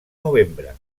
novembre